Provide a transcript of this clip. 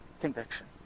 conviction